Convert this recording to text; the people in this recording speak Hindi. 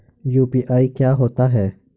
यू.पी.आई क्या होता है?